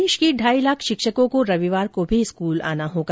प्रदेश के ढाई लाख शिक्षकों को रविवार को भी स्कूल आना होगा